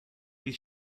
wies